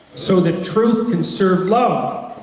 so that truth can serve love,